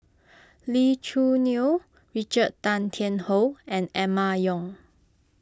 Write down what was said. Lee Choo Neo Richard Tan Tian Hoe and Emma Yong